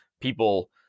people